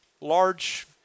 large